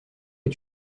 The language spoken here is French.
est